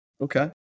Okay